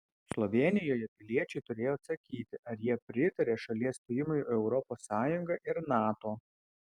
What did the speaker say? slovėnijoje piliečiai turėjo atsakyti ar jie pritaria šalies stojimui į europos sąjungą ir nato